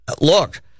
look